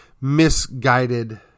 misguided